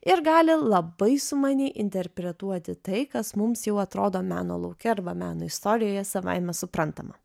ir gali labai sumaniai interpretuoti tai kas mums jau atrodo meno lauke arba meno istorijoje savaime suprantama